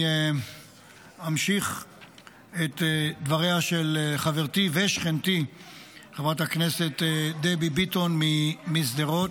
אני אמשיך את דבריה של חברתי ושכנתי חברת הכנסת דבי ביטון משדרות.